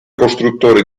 costruttore